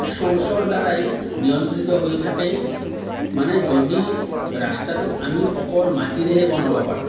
চ'ৰ্চৰ দ্ৱাৰাই নিয়ন্ত্ৰিত হৈ থাকে মানে যদি ৰাস্তাটোত আমি অকল মাটিৰেহে বনাব পাৰোঁ